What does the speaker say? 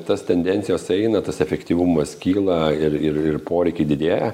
tos tendencijos eina tas efektyvumas kyla ir ir ir poreikiai didėja